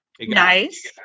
Nice